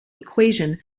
equation